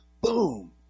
Boom